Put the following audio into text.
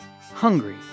hungry